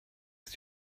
ist